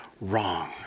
wrong